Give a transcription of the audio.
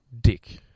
Dick